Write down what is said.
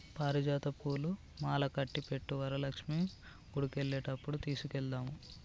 పారిజాత పూలు మాలకట్టి పెట్టు వరలక్ష్మి గుడికెళ్లేటప్పుడు తీసుకెళదాము